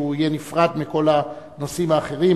שהוא יהיה נפרד מכל הנושאים האחרים.